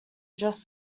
just